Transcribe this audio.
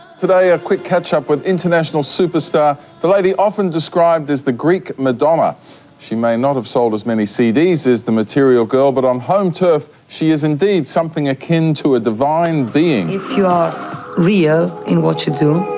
today a quick catch up with international superstar, the lady often described as the greek madonna she may not have sold as many cds as the material girl but on home turf she is indeed something akin to a divine being. if you're ah real in what you do,